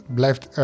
Blijft